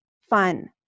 fun